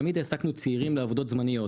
תמיד העסקנו צעירים לעבודות זמניות,